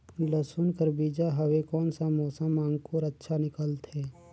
लसुन कर बीजा हवे कोन सा मौसम मां अंकुर अच्छा निकलथे?